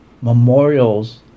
memorials